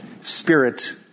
Spirit